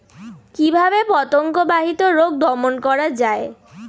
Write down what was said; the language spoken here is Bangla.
কিভাবে পতঙ্গ বাহিত রোগ দমন করা যায়?